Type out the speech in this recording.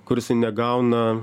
kur jisai negauna